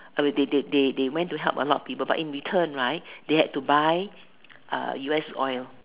uh they they they they went to help a lot of people but in return right they had to buy uh U_S oil